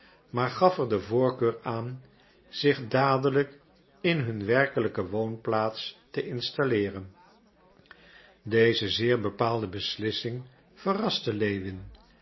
maar gaf er de voorkeur aan zich dadelijk in hun werkelijke woonplaats te installeeren deze zeer bepaalde beslissing verraste lewin